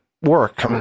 Work